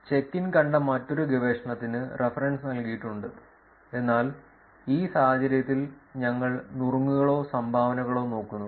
check in കണ്ട മറ്റൊരു ഗവേഷണത്തിന് റഫറൻസ് നൽകിയിട്ടുണ്ട് എന്നാൽ ഈ സാഹചര്യത്തിൽ ഞങ്ങൾ നുറുങ്ങുകളോ സംഭാവനകളോ നോക്കുന്നു